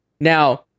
now